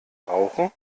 rauchen